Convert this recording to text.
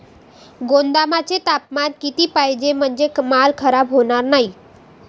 गोदामाचे तापमान किती पाहिजे? म्हणजे माल खराब होणार नाही?